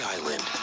Island